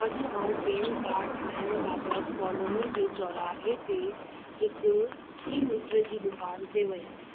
अॼु आऊं PAN card ठाहिणु बाबति कॉलोनी जे चोराहे ते हिक ई मित्र जी दुकान ते वियुसि